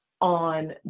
on